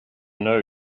know